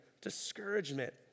discouragement